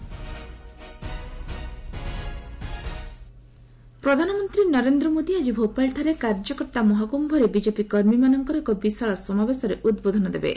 PM Bhopal ପ୍ରଧାନମନ୍ତ୍ରୀ ନରେନ୍ଦ୍ର ମୋଦି ଆଜି ଭୋପାଳଠାରେ କାର୍ଯ୍ୟକର୍ତ୍ତା ମହାକ୍ରମ୍ଭରେ ବିଜେପି କର୍ମୀମାନଙ୍କର ଏକ ବିଶାଳ ସମାବେଶରେ ଉଦବୋଧନ ଦେବେ